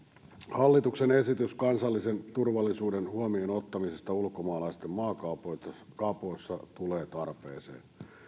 hallituksen esitys kansallisen turvallisuuden huomioonottamisesta ulkomaalaisten maakaupoissa tulee tarpeeseen